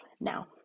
Now